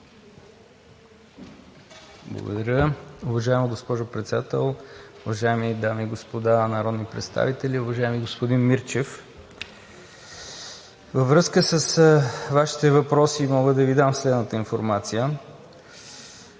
Благодаря, уважаема госпожо Председател! Уважаеми дами и господа народни представители, уважаеми господин Мирчев! Във връзка с Вашите въпроси мога да Ви дам следната информация: